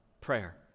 prayer